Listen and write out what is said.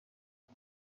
کسی